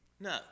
No